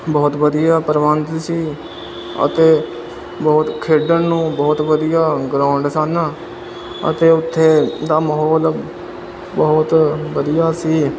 ਬਹੁਤ ਵਧੀਆ ਪ੍ਰਬੰਧ ਸੀ ਅਤੇ ਬਹੁਤ ਖੇਡਣ ਨੂੰ ਬਹੁਤ ਵਧੀਆ ਗਰਾਉਂਡ ਸਨ ਅਤੇ ਉੱਥੇ ਦਾ ਮਾਹੌਲ ਬਹੁਤ ਵਧੀਆ ਸੀ